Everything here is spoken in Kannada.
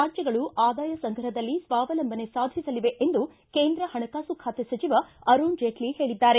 ರಾಜ್ಯಗಳು ಆದಾಯ ಸಂಗ್ರಹದಲ್ಲಿ ಸ್ವಾವಲಂಬನೆ ಸಾಧಿಸಲಿವೆ ಎಂದು ಕೇಂದ್ರ ಹಣಕಾಸು ಖಾತೆ ಸಚಿವ ಅರುಣ್ ಜೇಟ್ಲಿ ಹೇಳಿದ್ದಾರೆ